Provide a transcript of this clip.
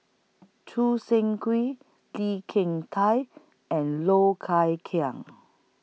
Choo Seng Quee Lee Kin Tat and Low Thia Khiang